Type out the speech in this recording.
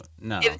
no